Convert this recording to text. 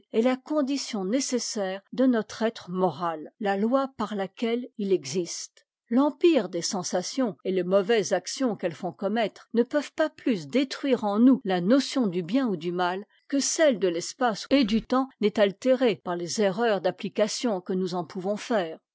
est la condition nécessaire de notre être moral la loi par laquelle il existe l'empire des sensations et les mauvaises actions qu'elles font commettre ne peuvent pas plus détruire en nous la notion du bien ou du mat que celle de l'espace et du temps n'est altérée par les erreurs d'application que nous en pouvons faire